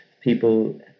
people